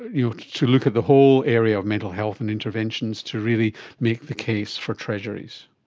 you know to look at the whole area of mental health and interventions, to really make the case for treasuries?